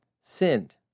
sinned